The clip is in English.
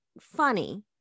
funny